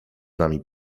nami